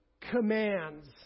commands